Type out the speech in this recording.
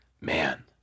Man